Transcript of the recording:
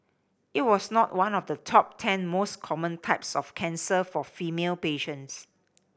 it was not one of the top ten most common types of cancer for female patients